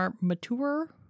mature